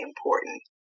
important